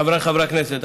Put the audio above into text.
חבריי חברי הכנסת,